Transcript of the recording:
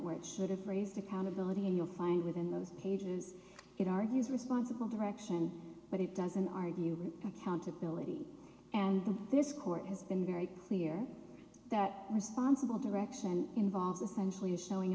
where it should have raised accountability and you'll find within those pages it argues responsible direction but it doesn't argue accountability and this court has been very clear that responsible direction involves essentially a showing